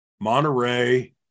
Monterey